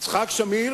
יצחק שמיר